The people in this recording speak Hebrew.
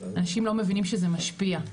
אנשים לא מבינים שזה משפיע,